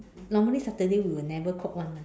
normally Saturday we will never cook [one] ah